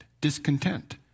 discontent